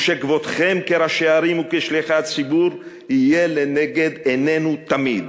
ושכבודכם כראשי הערים וכשליחי הציבור יהיה לנגד עינינו תמיד.